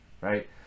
right